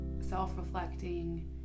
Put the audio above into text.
self-reflecting